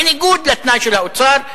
בניגוד לתנאי של האוצר,